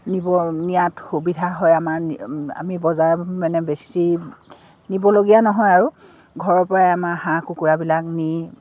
নিব নিয়াত সুবিধা হয় আমাৰ আমি বজাৰ মানে বেছি নিবলগীয়া নহয় আৰু ঘৰৰ পৰাই আমাৰ হাঁহ কুকুৰাবিলাক নি